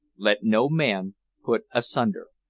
let no man put asunder.